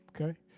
okay